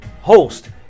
host